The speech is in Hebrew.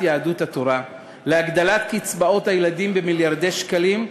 יהדות התורה להגדלת קצבאות הילדים במיליארדי שקלים,